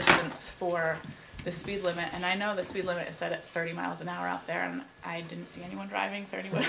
distance for the speed limit and i know the speed limit said it thirty miles an hour out there and i didn't see anyone driving thirty